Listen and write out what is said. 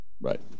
Right